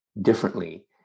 differently